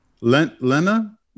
Lena